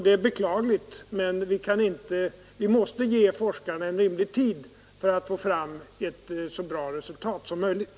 Det är beklagligt, men vi måste ge forskarna rimlig tid för att få fram ett så bra resultat som möjligt.